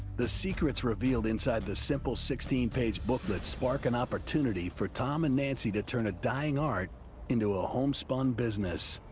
the secrets revealed inside the simple, sixteen page booklet spark an opportunity for tom and nancy to turn a dying art into a homespun business.